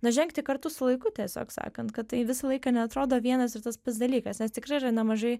na žengti kartu su laiku tiesiog sakant kad tai visą laiką neatrodo vienas ir tas pats dalykas nes tikrai yra nemažai